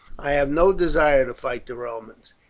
i have no desire to fight the romans,